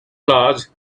large